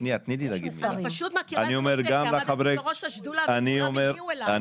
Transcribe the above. אני פשוט מכירה את הנושא כי עמדתי בראש השדולה וכולם הגיעו אליי.